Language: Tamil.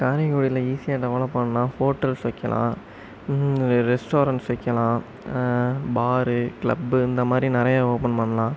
காரைக்குடியில் ஈஸியாக டெவெலப் ஆனும்ன்னா ஹோட்டல்ஸ் வைக்கலாம் ரெஸ்டாரெண்ட்ஸ் வைக்கலாம் பாரு கிளப்பு இந்த மாதிரி நிறையா ஓப்பன் பண்ணலாம்